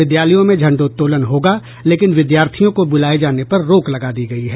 विद्यालयों में झंडोत्तोलन होगा लेकिन विद्यार्थियों को बुलाये जाने पर रोक लगा दी गयी है